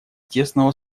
тесного